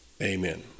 Amen